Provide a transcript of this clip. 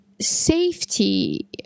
safety